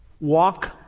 walk